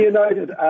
United